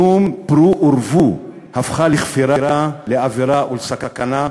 כלום "פרו ורבו" הפכה לכפירה, לעבירה ולסכנה?